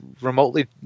remotely